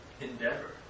endeavor